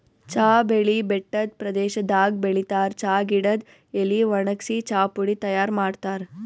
ಚಾ ಬೆಳಿ ಬೆಟ್ಟದ್ ಪ್ರದೇಶದಾಗ್ ಬೆಳಿತಾರ್ ಚಾ ಗಿಡದ್ ಎಲಿ ವಣಗ್ಸಿ ಚಾಪುಡಿ ತೈಯಾರ್ ಮಾಡ್ತಾರ್